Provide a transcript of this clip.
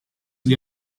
gli